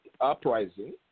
uprising